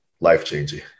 life-changing